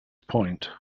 point